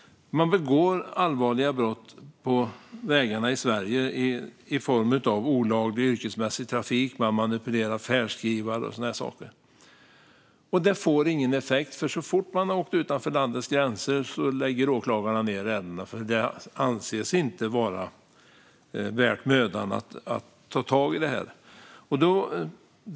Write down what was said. Man begår allvarliga brott på vägarna i Sverige i form av olaglig yrkesmässig trafik. Man manipulerar färdskrivare och sådana saker. Det får inga konsekvenser. Så fort man har åkt utanför landets gränser lägger åklagarna nämligen ned ärendena, eftersom det inte anses vara värt mödan att ta tag i.